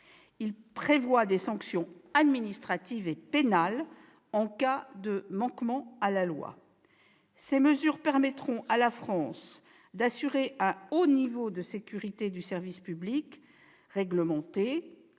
Il fixe des sanctions administratives et pénales en cas de manquement à la loi. Ces mesures permettront à la France d'assurer un haut niveau de sécurité du service public réglementé